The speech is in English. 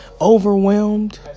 Overwhelmed